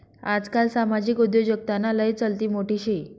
आजकाल सामाजिक उद्योजकताना लय चलती मोठी शे